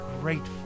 grateful